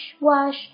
wash